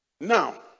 Now